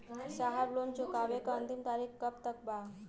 साहब लोन चुकावे क अंतिम तारीख कब तक बा?